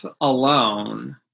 alone